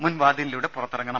മുൻവാതിലിലൂടെ പുറത്തിറങ്ങണം